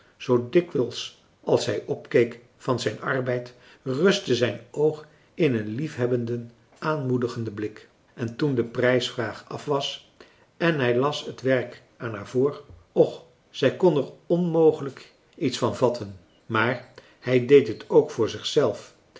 zoo dikwijls als hij opkeek van zijn arbeid rustte zijn oog in een liefhebbenden aanmoedigenden blik en toen de prijsvraag af was en hij las het werk aan haar voor och zij kon er onmogelijk iets van françois haverschmidt familie en kennissen vatten maar hij deed het ook voor zichzelf